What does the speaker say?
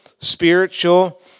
spiritual